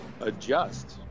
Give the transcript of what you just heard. adjust